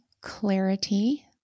clarity